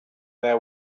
their